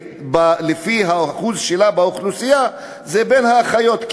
לפי האחוז שלה באוכלוסייה זה בין האחיות,